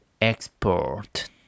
export